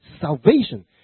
Salvation